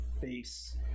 face